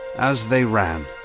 as they ran,